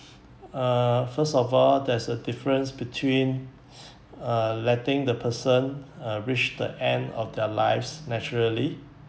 uh first of all there's a difference between uh letting the person uh reached the end of their lives naturally